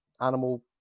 animal